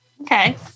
Okay